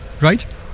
right